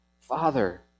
Father